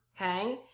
okay